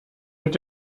mit